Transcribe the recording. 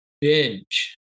Binge